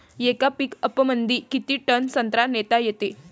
येका पिकअपमंदी किती टन संत्रा नेता येते?